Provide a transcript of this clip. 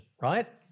right